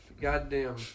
goddamn